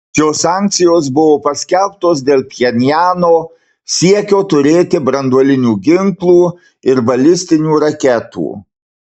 šios sankcijos buvo paskelbtos dėl pchenjano siekio turėti branduolinių ginklų ir balistinių raketų